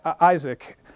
Isaac